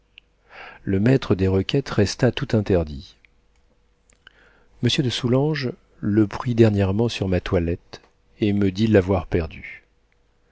le maître des requêtes resta tout interdit monsieur de soulanges le prit dernièrement sur ma toilette et me dit l'avoir perdu